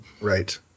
Right